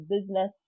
business